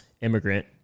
immigrant